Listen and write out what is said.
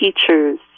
teachers